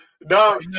No